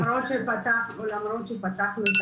למרות שפתחנו את